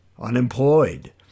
unemployed